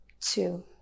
two